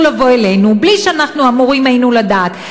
לבוא אלינו בלי שאנחנו היינו אמורים לדעת,